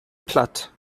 platt